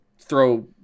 throw